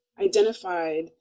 identified